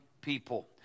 people